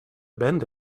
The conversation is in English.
bend